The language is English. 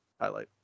highlight